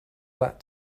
that